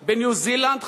בניו-זילנד,